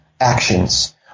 actions